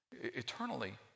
Eternally